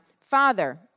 Father